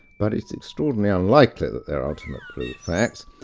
but it's extraordinarily unlikely that they're ultimate brute facts,